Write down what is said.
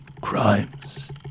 crimes